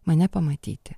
mane pamatyti